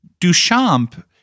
Duchamp